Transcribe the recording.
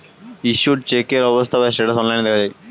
issued চেকের অবস্থা বা স্ট্যাটাস অনলাইন দেখা যায়